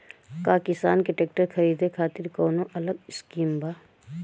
का किसान के ट्रैक्टर खरीदे खातिर कौनो अलग स्किम बा?